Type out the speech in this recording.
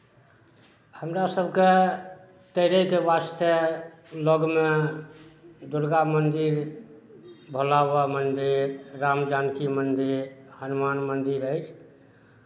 हमरा सबके तैरयके वास्ते लगमे दुर्गा मन्दिर भोला बाबा मन्दिर राम जानकी मन्दिर हनुमान मन्दिर अछि